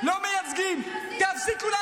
תפסיקו, די.